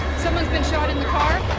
someone's been shot in the car?